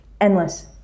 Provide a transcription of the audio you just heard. endless